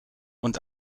und